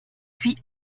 puis